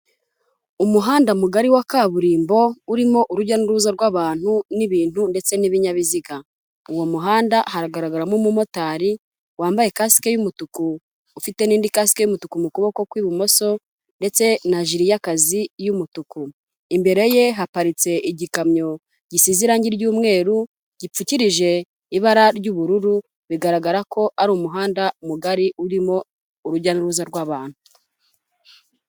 Umuhanda mugari wa kaburimbo urimo urujya n'uruza rw'abantu n'ibintu ndetse n'ibinyabiziga, uwo muhanda hagaragaramo umumotari wambaye kasike y'umutuku ufite n'indi kasike y'umutuku mu kuboko kw'ibumoso ndetse na jire y'akazi y'umutuku, imbere ye haparitse igikamyo gisize irange ry'umweru gipfukirije ibara ry'ubururu bigaragara ko ari umuhanda mugari urimo urujya n'uruza rw'abantu.